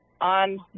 on